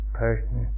person